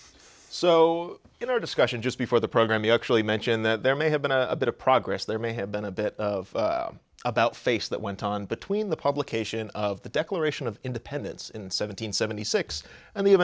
our discussion just before the program you actually mentioned that there may have been a bit of progress there may have been a bit of about face that went on between the publication of the declaration of independence in seven hundred seventy six and the